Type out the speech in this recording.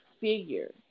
figure